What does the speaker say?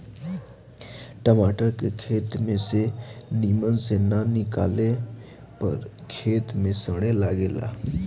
टमाटर के खेत में से निमन से ना निकाले पर खेते में सड़े लगेला